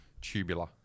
tubular